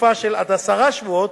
לתקופה של עד עשרה שבועות,